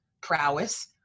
prowess